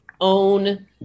own